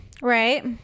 Right